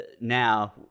now